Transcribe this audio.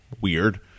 weird